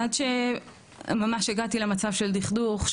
עד שממש הגעתי למצב של דכדוך,